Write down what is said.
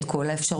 את כל האפשרויות.